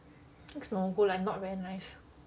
this logo like not very nice